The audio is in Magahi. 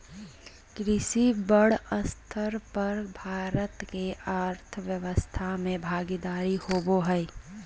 कृषि बड़ स्तर पर भारत के अर्थव्यवस्था में भागीदारी होबो हइ